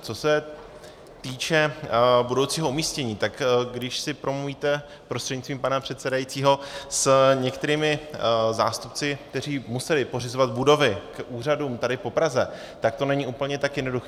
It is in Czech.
Co se týče budoucího umístění, tak když si promluvíte prostřednictvím pana předsedající s některými zástupci, kteří museli pořizovat budovy k úřadům tady po Praze, tak to není úplně tak jednoduché.